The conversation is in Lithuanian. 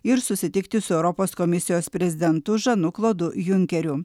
ir susitikti su europos komisijos prezidentu žanu klodu junkeriu